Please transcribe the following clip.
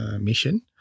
mission